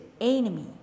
enemy